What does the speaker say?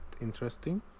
interesting